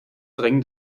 drängen